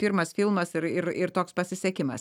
pirmas filmas ir ir ir toks pasisekimas